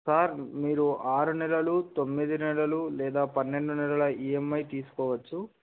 sir మీరు ఆరు నెలలు తొమ్మిది నెలలు లేదా పన్నెండు నెలల ఈఎంఐ తీసుకోవచ్చు